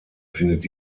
findet